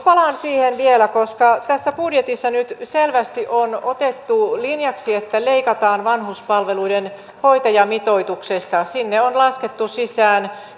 palaan siihen vielä koska tässä budjetissa nyt selvästi on otettu linjaksi että leikataan vanhuspalveluiden hoitajamitoituksesta sinne on laskettu sisään